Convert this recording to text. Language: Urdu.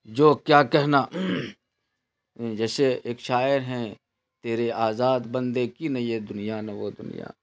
جو کیا کہنا جیسے ایک شاعر ہیں تیرے آزاد بندے کی نہ یہ دنیا نہ وہ دنیا